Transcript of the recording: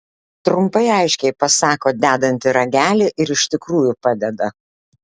trumpai aiškiai pasako dedanti ragelį ir iš tikrųjų padeda